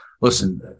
listen